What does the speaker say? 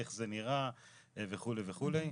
איך זה נראה וכו' וכו'.